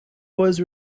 was